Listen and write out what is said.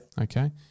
Okay